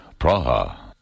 Praha